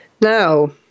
Now